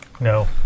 No